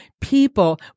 people